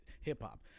hip-hop